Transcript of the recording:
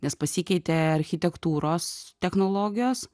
nes pasikeitė architektūros technologijos